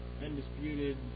Undisputed